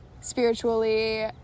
spiritually